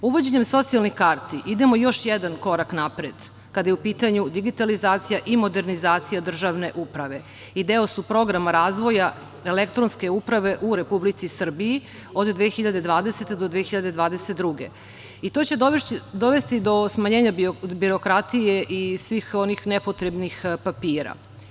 Uvođenjem socijalni karti idemo još jedan korak napred, kada je u pitanju digitalizacija i modernizacija državne uprave i deo su programa razvoja elektronske uprave u Republici Srbiji od 2020. do 2022. godine, i to će dovesti do smanjenja birokratije i svih onih nepotrebnih papira.